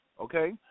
okay